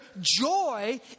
joy